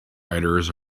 riders